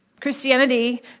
Christianity